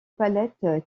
palette